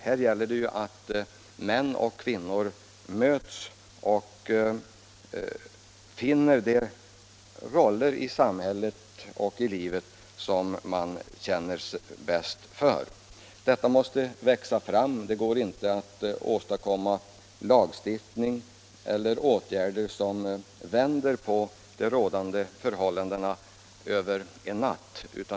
Här gäller det ju att män och kvinnor möts och finner de roller i samhället och i livet som de känner mest för. Men det går inte att åstadkomma lagstiftning eller andra åtgärder som vänder på de rådande förhållandena över en natt.